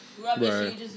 Right